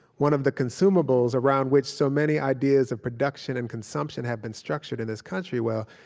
one of the consumables around which so many ideas of production and consumption have been structured in this country, well,